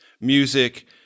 music